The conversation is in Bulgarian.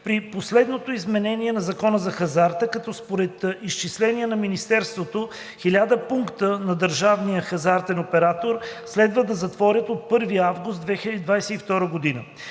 при последното изменение на Закона за хазарта, като според изчисления на Министерството 1000 пункта на държавния хазартен оператор следва да затворят от 1 август 2022 г.